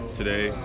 today